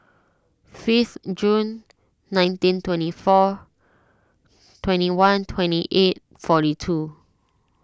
fifth Jun nineteen twenty four twenty one twenty eight forty two